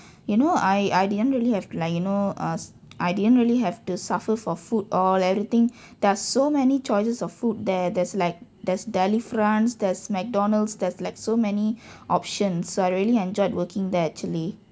you know I I didn't really have to like you know uh s~ I didn't really have to suffer for food all everything there are so many choices of food there there's like there's Delifrance there's McDonald's there's like so many options so I really enjoyed working there actually